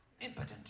Impotent